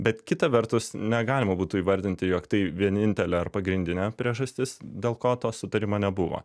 bet kita vertus negalima būtų įvardinti jog tai vienintelė ar pagrindinė priežastis dėl ko to sutarimo nebuvo